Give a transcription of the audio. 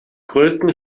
größten